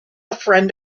friend